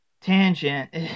tangent